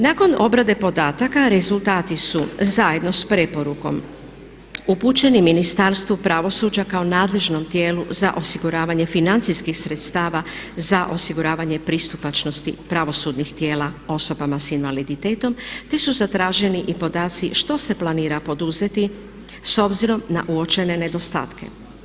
Nakon obrade podataka rezultati su zajedno s preporukom upućeni Ministarstvu pravosuđa kao nadležnom tijelu za osiguravanje financijskih sredstava za osiguravanje pristupačnosti pravosudnih tijela osobama s invaliditetom te su zatraženi i podaci što se planira poduzeti s obzirom na uočene nedostatke.